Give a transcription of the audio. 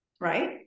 right